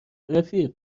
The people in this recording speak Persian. رفیق